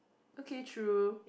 okay true